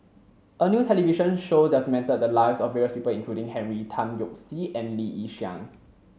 a new television show documented the lives of various people including Henry Tan Yoke See and Lee Yi Shyan